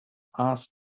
asked